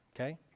Okay